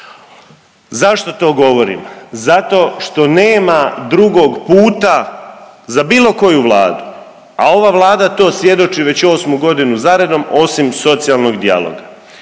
Zašto to govorim? Zato što nema drugog puta za bilo koju Vladu, a ova Vlada to svjedoči već 8.g. zaredom osim socijalnog dijaloga.